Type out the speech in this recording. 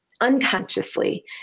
unconsciously